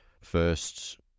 first